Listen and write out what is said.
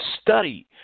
study